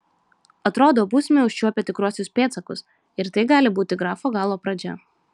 atrodo būsime užčiuopę tikruosius pėdsakus ir tai gali būti grafo galo pradžia